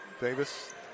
Davis